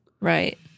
Right